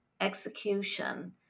execution